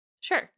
sure